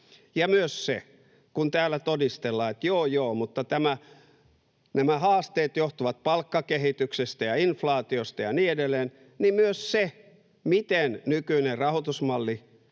muutettu. Täällä todistellaan, että ”joo, joo, mutta nämä haasteet johtuvat palkkakehityksestä ja inflaatiosta” ja niin edelleen, niin myös se, miten nykyinen rahoitusmalli